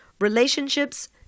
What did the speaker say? relationships